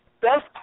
Best